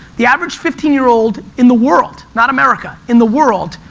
the average fifteen year old in the world, not america, in the world,